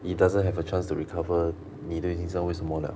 it doesn't have a chance to recover 你都已经知道为什么 liao